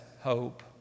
hope